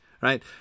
right